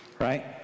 right